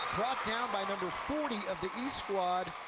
brought down by number forty of the east squad.